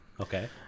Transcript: Okay